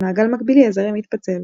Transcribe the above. במעגל מקבילי הזרם מתפצל.